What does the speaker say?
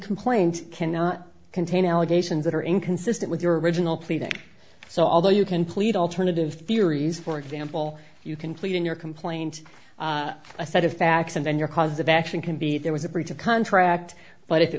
complaint cannot contain allegations that are inconsistent with your original pleading so although you can plead alternative theories for example you can plead in your complaint a set of facts and then your cause of action can be there was a breach of contract but if it